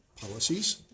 policies